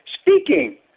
speaking